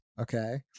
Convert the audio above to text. okay